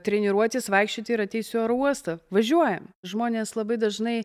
treniruotis vaikščioti ir ateisiu į oro uostą važiuojam žmonės labai dažnai